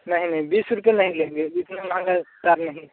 नहीं नहीं बीस रूपये नही लेंगे इतना महंगा तार नहीं